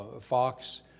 Fox